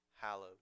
hallowed